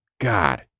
God